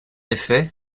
effet